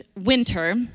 winter